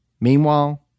Meanwhile